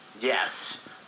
Yes